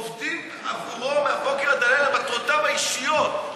עובדים עבורו מהבוקר עד הערב למטרותיו האישיות,